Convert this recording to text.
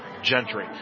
Gentry